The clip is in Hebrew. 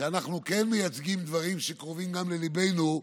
כשאנחנו כן מייצגים דברים, שקרובים גם לליבנו,